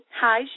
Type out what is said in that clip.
hi